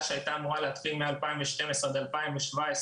שהייתה אמורה להתחיל מ-2012 ועד 2017,